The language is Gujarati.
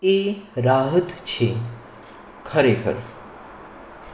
એ રાહત છે ખરેખર